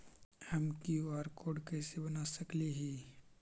हम QR code कैसे बना सकली ही?